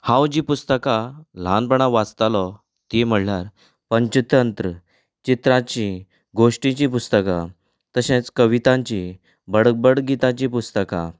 हांव जी पुस्तकां ल्हानपणान वाचतालों ती म्हणल्यार पंचतंत्र चित्रांची गोश्टीची पुस्तकां तशेंच कवितांची बडबड गितांची पुस्तकां